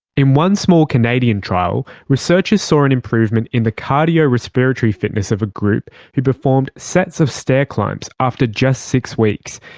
in one small canadian trial, researchers saw an improvement in the cardiorespiratory fitness of a group who performed sets of stair climbs after just six weeks,